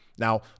Now